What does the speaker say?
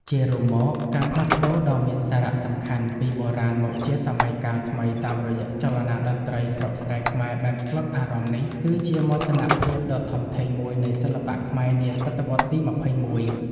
ជារួមមក ការផ្លាស់ប្តូរដ៏មានសារៈសំខាន់ពី បុរាណមកជាសម័យកាលថ្មីតាមរយៈចលនា តន្ត្រីស្រុកស្រែខ្មែរបែបស្លុតអារម្មណ៍នេះ គឺជាមោទនភាពដ៏ធំធេងមួយនៃសិល្បៈខ្មែរនាសតវត្សរ៍ទី ២១។